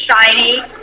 shiny